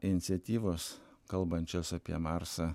iniciatyvos kalbančios apie marsą